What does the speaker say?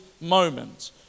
moment